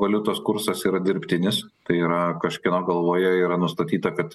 valiutos kursas yra dirbtinis tai yra kažkieno galvoje yra nustatyta kad